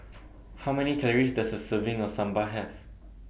How Many Calories Does A Serving of Sambar Have